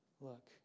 Look